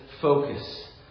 focus